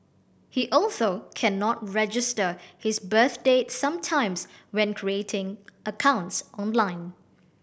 he also cannot register his birth date sometimes when creating accounts online